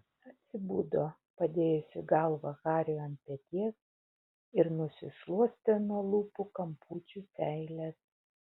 atsibudo padėjusi galvą hariui ant peties ir nusišluostė nuo lūpų kampučių seiles